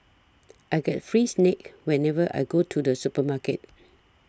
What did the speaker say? I get free snacks whenever I go to the supermarket